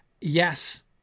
Yes